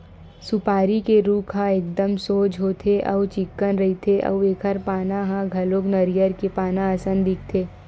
सुपारी के रूख ह एकदम सोझ होथे अउ चिक्कन रहिथे अउ एखर पाना ह घलो नरियर के पाना असन दिखथे